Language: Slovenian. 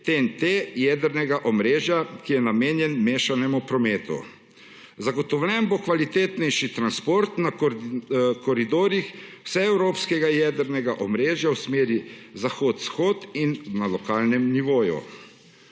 TNT jedrnega omrežja, ki je namenjen mešanemu prometu. Zagotovljen bo kvalitetnejši transport na koridorjih vse evropskega jedrnega omrežja v smeri zahod-vzhod in na lokalnem nivoju.